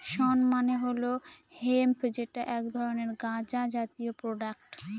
শণ মানে হল হেম্প যেটা এক ধরনের গাঁজা জাতীয় প্রোডাক্ট